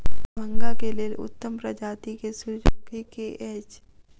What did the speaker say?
दरभंगा केँ लेल उत्तम प्रजाति केँ सूर्यमुखी केँ अछि?